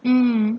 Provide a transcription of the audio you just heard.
mm